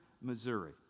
Missouri